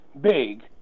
big